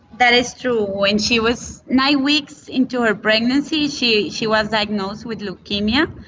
that is true. when she was nine weeks into her pregnancy she she was diagnosed with leukaemia,